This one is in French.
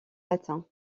latin